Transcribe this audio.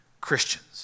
Christians